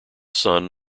son